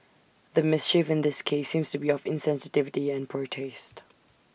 the mischief in this case seems to be of insensitivity and poor taste